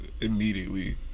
immediately